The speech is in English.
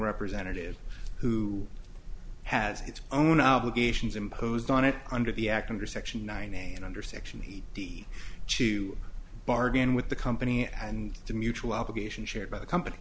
representative who has its own obligations imposed on it under the act under section nine and under section eight d to bargain with the company and the mutual obligation shared by the company